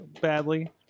badly